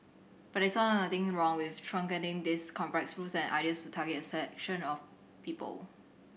but they saw nothing wrong with truncating these complex rules and ideas to target a section of people